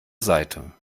seite